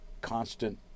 constant